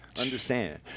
understand